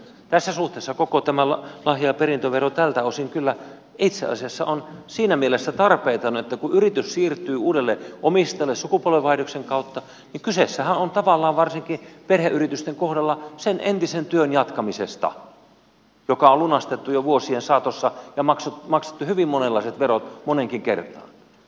tässä suhteessa koko tämä lahja ja perintövero tältä osin kyllä itse asiassa on siinä mielessä tarpeeton että kun yritys siirtyy uudelle omistajalle sukupolvenvaihdoksen kautta niin kysehän on tavallaan varsinkin perheyritysten kohdalla sen entisen työn jatkamisesta joka on lunastettu jo vuosien saatossa ja maksettu hyvin monenlaiset verot moneenkin kertaan